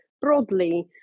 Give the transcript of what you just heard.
broadly